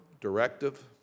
directive